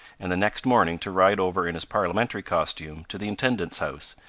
and the next morning to ride over in his parliamentary costume to the intendant's house,